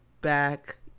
back